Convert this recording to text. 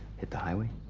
hit the highway.